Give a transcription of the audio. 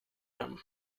him